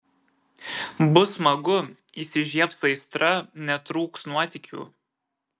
bus smagu įsižiebs aistra netrūks nuotykių